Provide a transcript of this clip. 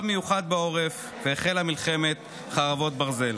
מיוחד בעורף והחלה מלחמת חרבות ברזל.